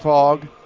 fog.